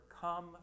Come